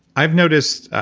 i've noticed,